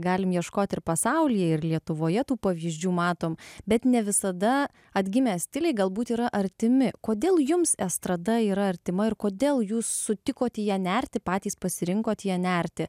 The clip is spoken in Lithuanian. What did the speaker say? galim ieškot ir pasaulyje ir lietuvoje tų pavyzdžių matom bet ne visada atgimę stiliai galbūt yra artimi kodėl jums estrada yra artima ir kodėl jūs sutikot į ją nerti patys pasirinkot į ją nerti